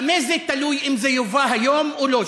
במה זה תלוי אם זה יובא היום או לא?